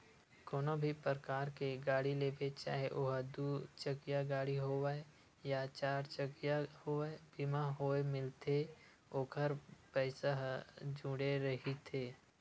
कोनो भी परकार के गाड़ी लेबे चाहे ओहा दू चकिया गाड़ी होवय या चरचकिया होवय बीमा होय मिलथे ओखर पइसा ह जुड़े रहिथे